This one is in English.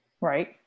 Right